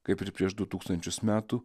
kaip ir prieš du tūkstančius metų